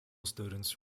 students